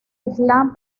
islam